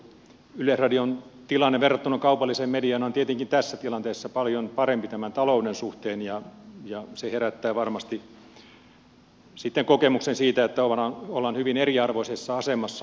yleisradion tilanne verrattuna kaupalliseen mediaan on tietenkin tässä tilanteessa paljon parempi tämän talouden suhteen ja se herättää varmasti sitten kokemuksen siitä että ollaan hyvin eriarvoisessa asemassa